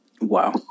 Wow